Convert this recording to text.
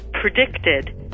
predicted